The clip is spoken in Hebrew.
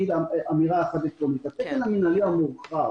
התקן המינהלי המורחב